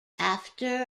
after